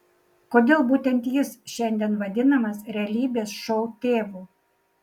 kodėl būtent jis šiandien vadinamas realybės šou tėvu